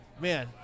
Man